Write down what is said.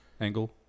angle